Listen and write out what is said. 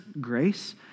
grace